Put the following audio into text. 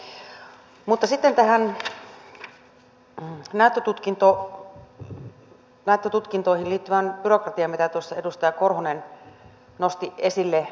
sitten tähän näyttötutkintoihin liittyvään byrokratiaan mitä tuossa edustaja korhonen nosti esille